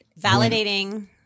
Validating